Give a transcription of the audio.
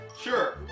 Sure